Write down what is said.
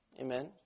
Amen